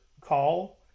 call